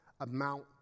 amount